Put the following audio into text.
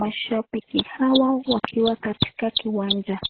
Mashabiki hawa wakiwa katika kiwanja.